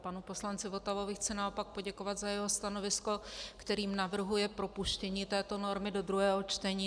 Panu poslanci Votavovi chci naopak poděkovat za jeho stanovisko, kterým navrhuje propuštění této normy do druhého čtení.